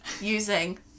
using